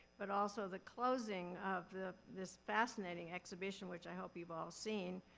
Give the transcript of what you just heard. but also the closing of the this fascinating exhibition, which i hope you've all seen.